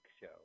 show